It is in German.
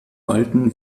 walten